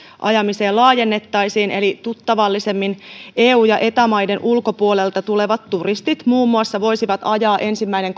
ajamiseen laajennettaisiin eli tuttavallisemmin eu ja eta maiden ulkopuolelta tulevat turistit muun muassa voisivat ajaa ensimmäinen